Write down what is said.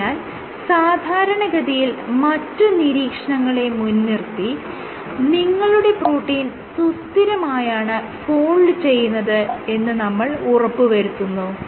ആയതിനാൽ സാധാരണഗതിയിൽ മറ്റ് പരീക്ഷണങ്ങളെ മുൻനിർത്തി നിങ്ങളുടെ പ്രോട്ടീൻ സുസ്ഥിരമായാണ് ഫോൾഡ് ചെയ്യുന്നത് എന്ന് നമ്മൾ ഉറപ്പുവരുത്തുന്നു